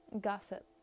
gossip